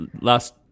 last